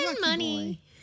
money